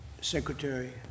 Secretary